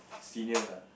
seniors ah